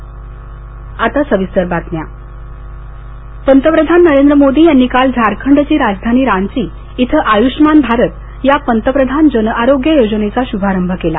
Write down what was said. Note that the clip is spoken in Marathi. श्रीीी प्रा आयुष्मान भारत पंतप्रधान नरेंद्र मोदी यांनी काल झारखंडची राजधानी रांची इथ आयुष्मान भारत या पंतप्रधान जन आरोग्य योजनेचा श्भारंभ केला